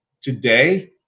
today